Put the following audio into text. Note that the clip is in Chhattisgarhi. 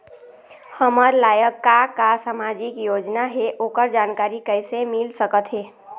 हमर लायक का का सामाजिक योजना हे, ओकर जानकारी कइसे मील सकत हे?